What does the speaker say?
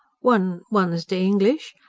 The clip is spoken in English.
one. one's de english,